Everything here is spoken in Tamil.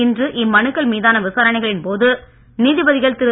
இன்று இம் மனுக்கள் மீதான விசாரனைகளின் போது நீதிபதிகள் திரு